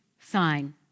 sign